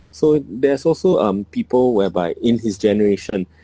so there's also um people whereby in his generation